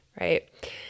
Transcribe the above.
right